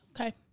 Okay